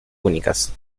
únicas